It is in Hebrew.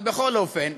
אבל בכל אופן,